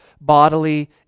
bodily